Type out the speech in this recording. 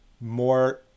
more